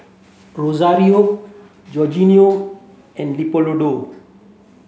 Rosario Georginio and Leopoldo